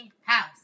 house